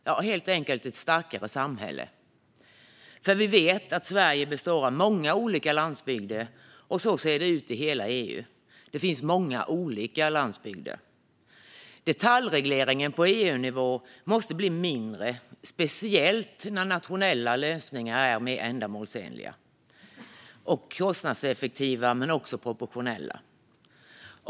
Det behövs helt enkelt ett starkare samhälle, för vi vet att Sverige består av många olika landsbygder. Så ser det ut i hela EU - det finns många olika landsbygder. Detaljregleringen på EU-nivå måste bli mindre, särskilt där nationella lösningar är mer ändamålsenliga, kostnadseffektiva och proportionella.